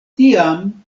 tiam